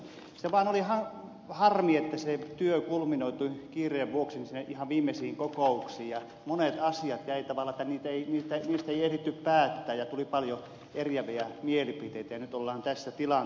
se vaan oli harmi että se työ kulminoitui kiireen vuoksi sinne ihan viimeisiin kokouksiin ja monet asiat jäivät tavallaan kesken niin että niistä ei ehditty päättää ja tuli paljon eriäviä mielipiteitä ja nyt ollaan tässä tilanteessa